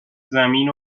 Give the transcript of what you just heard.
زمین